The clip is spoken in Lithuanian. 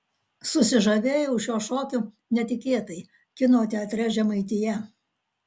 susižavėjau šiuo šokiu netikėtai kino teatre žemaitija